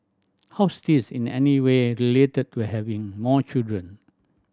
how's this in any way related to having more children